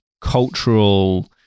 cultural